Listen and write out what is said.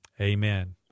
Amen